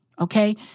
okay